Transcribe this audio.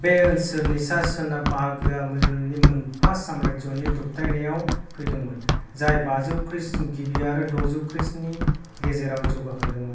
बे ओनसोलनि सा सोनाब बाहागोआ मोन्यूलनि मोन्पा साम्राज्यनि दबथायनायाव फैदोंमोन जाय बाजौ ख्रीष्ट गिबि आरो ड'जौ ख्रीष्टनि गेजेराव जौगाखांदोंमोन